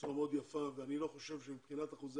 בצורה מאוד יפה ואני לא חושב שמבחינת אחוזי